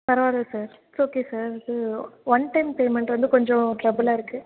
பரவால்லை sir it's okay sir இது one time payment வந்து கொஞ்சம் ட்ரபுளாக இருக்குது